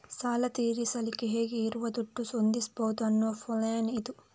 ಸಾಲ ತೀರಿಸಲಿಕ್ಕೆ ಹೇಗೆ ಇರುವ ದುಡ್ಡು ಹೊಂದಿಸ್ಬಹುದು ಅನ್ನುವ ಪ್ಲಾನ್ ಇದು